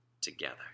together